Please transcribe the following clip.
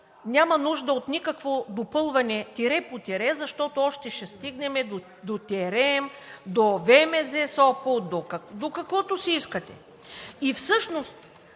няма нужда от никакво допълване тире по тире, защото още ще стигнем до „Терем“, до ВМЗ – Сопот, до каквото си искате. И всъщност